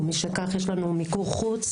ומשכך יש לנו מיקור חוץ